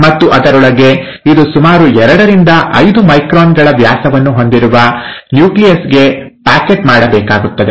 ಮತ್ತು ಅದರೊಳಗೆ ಇದು ಸುಮಾರು ಎರಡರಿಂದ ಐದು ಮೈಕ್ರಾನ್ ಗಳ ವ್ಯಾಸವನ್ನು ಹೊಂದಿರುವ ನ್ಯೂಕ್ಲಿಯಸ್ ಗೆ ಪ್ಯಾಕೆಟ್ ಮಾಡಬೇಕಾಗುತ್ತದೆ